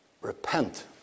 Repent